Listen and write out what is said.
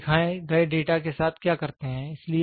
तो हम दिखाए गए डेटा के साथ क्या करते हैं